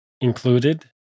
included